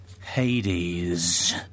Hades